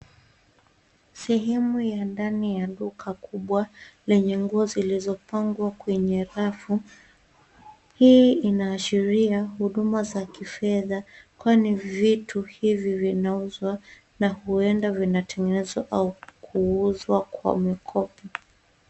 Sehemu ya ndani ya duka kubwa lenye nguo zilizopangwa kwenye rafu. Hii inaashiria huduma za kifedha kwani vitu hivi vinauzwa na huenda vinatengenezwa au kuuzwa kwa mikopi.